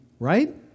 right